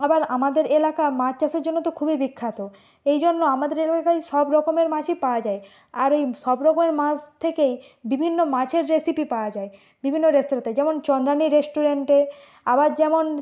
আবার আমাদের এলাকা মাছ চাষের জন্য তো খুবই বিখ্যাত এই জন্য আমাদের এলাকায় সব রকমের মাছই পাওয়া যায় আর এই সব রকমের মাস থেকেই বিভিন্ন মাছের রেসিপি পাওয়া যায় বিভিন্ন রেস্তোরাঁতে যেমন চন্দ্রাণী রেস্টুরেন্টে আবার যেমন